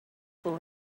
will